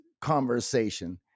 conversation